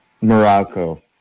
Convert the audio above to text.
Morocco